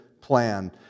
plan